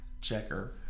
checker